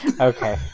Okay